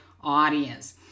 audience